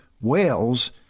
whales